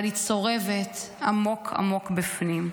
אבל היא צורבת עמוק-עמוק בפנים.